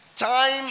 Time